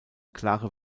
klare